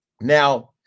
Now